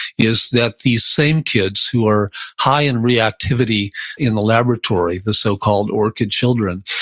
is that these same kids who are high in reactivity in the laboratory, the so-called orchid children,